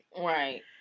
Right